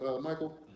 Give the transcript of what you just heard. Michael